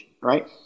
right